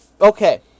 Okay